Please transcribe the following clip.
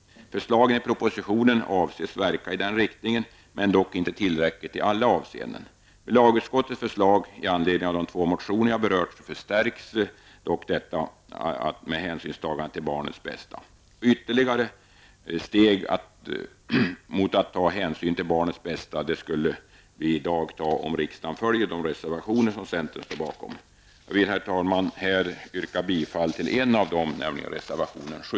Förslagen i propositionen avses verka i denna riktning, men enligt vår åsikt gäller detta inte i alla avseenden på ett tillfredsställande sätt. Med lagutskottets förslag i anledning av de två motioner som jag har berört blir det dock en förstärkning. Ytterligare steg mot att ta hänsyn till barnets bästa skulle vi i dag ta, om riksdagen följer de reservationer som centern står bakom. Jag vill, herr talman, yrka bifall till en av dem, nämligen reservation 7.